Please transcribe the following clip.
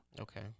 Okay